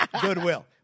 Goodwill